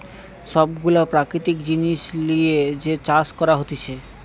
সব গুলা প্রাকৃতিক জিনিস লিয়ে যে চাষ করা হতিছে